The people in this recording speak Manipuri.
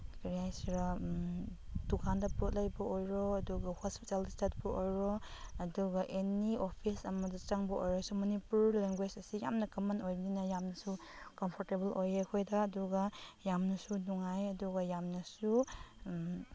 ꯀꯔꯤ ꯍꯥꯏꯁꯤꯔꯥ ꯗꯨꯀꯥꯟꯗ ꯄꯣꯠ ꯂꯩꯕ ꯑꯣꯏꯔꯣ ꯑꯗꯨꯒ ꯍꯣꯁꯄꯤꯇꯥꯜꯗ ꯆꯠꯄ ꯑꯣꯏꯔꯣ ꯑꯗꯨꯒ ꯑꯦꯅꯤ ꯑꯣꯐꯤꯁ ꯑꯃꯗ ꯆ ꯪꯕ ꯑꯣꯏꯔꯁꯨ ꯃꯅꯤꯄꯨꯔ ꯂꯦꯡꯒ꯭ꯋꯦꯁ ꯑꯁꯤ ꯌꯥꯝꯅ ꯀꯃꯟ ꯑꯣꯏꯕꯅꯤꯅ ꯌꯥꯝꯅꯁꯨ ꯀꯝꯐꯣꯔꯇꯦꯕꯜ ꯑꯣꯏꯌꯦ ꯑꯩꯈꯣꯏꯗ ꯑꯗꯨꯒ ꯌꯥꯝꯅꯁꯨ ꯅꯨꯡꯉꯥꯏ ꯑꯗꯨꯒ ꯌꯥꯝꯅꯁꯨ